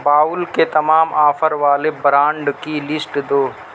bowl کے تمام offer والے برانڈ کی لسٹ دو